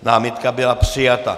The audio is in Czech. Námitka byla přijata.